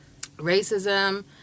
racism